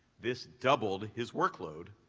this doubled his workload,